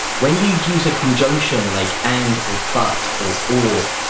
when you use a conjunction, like and or but, or or,